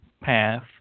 path